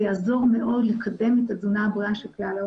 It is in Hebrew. זה יעזור מאוד לקדם את התזונה הבריאה של כלל האוכלוסייה.